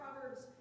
Proverbs